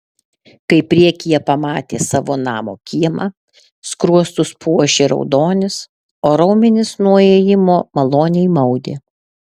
kai priekyje pamatė savo namo kiemą skruostus puošė raudonis o raumenis nuo ėjimo maloniai maudė